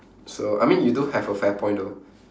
so I mean you do have a fair point though